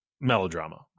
melodrama